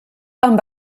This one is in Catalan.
amb